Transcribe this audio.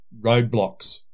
roadblocks